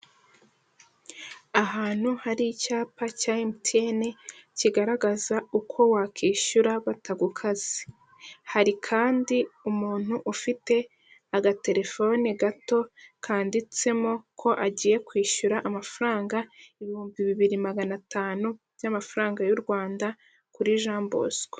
Ahantu hari icyapa cya emutiyene, kigaragaza uko wakishyura batagukase. Hari kandi umuntu ufite agatelefone gato, kandiditsemo ko agiye kwishyura amafaranga ibihumbi bibiri magana atanu by'amafaranga y'u Rwanda, kuri Jean Bosco.